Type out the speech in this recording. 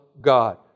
God